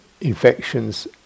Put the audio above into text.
infections